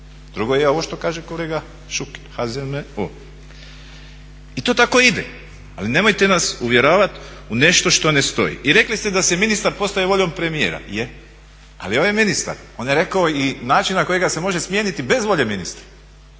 drugi je ovo što je kazao kolega Šuker HZMO. I to tako ide. Ali nemojte nas uvjeravati u nešto što ne stoji. I rekli ste da se ministar postaje voljom premijera, je, ali ovaj ministar on je rekao i način na koji ga se može smijeniti bez volje ministra,